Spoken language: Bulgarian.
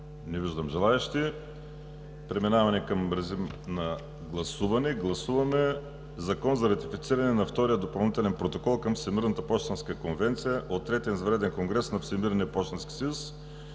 Не виждам желаещи. Преминаваме към режим на гласуване. Гласуваме: „Проект! ЗАКОН за ратифициране на Втори допълнителен протокол към Всемирната пощенска конвенция от третия извънреден конгрес на Всемирния пощенски съюз